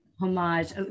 Homage